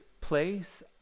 place